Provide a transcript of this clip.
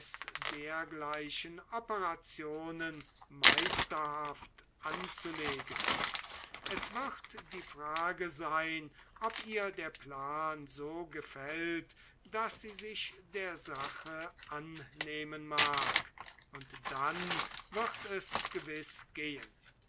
dergleichen operationen meisterhaft anzulegen es wird die frage sein ob ihr der plan so gefällt daß sie sich der sache annehmen mag und dann wird es gewiß gehen